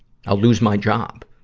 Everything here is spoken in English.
i'll lose my job.